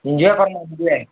enjoy କର୍ମା enjoy